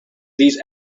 these